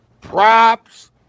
props